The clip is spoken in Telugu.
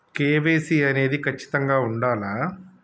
కే.వై.సీ అనేది ఖచ్చితంగా ఉండాలా?